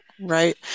Right